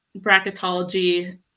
bracketology